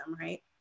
right